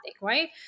Right